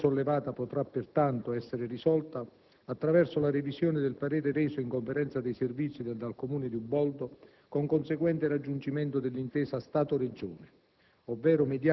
La questione sollevata potrà pertanto essere risolta attraverso la revisione del parere reso in conferenza di servizi dal Comune di Uboldo, con conseguente raggiungimento dell'intesa Stato-Regione,